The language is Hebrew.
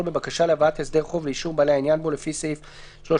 בבקשה להבאת הסדר חוב לאישור בעלי העניין בו לפי סעיף 321,